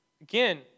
Again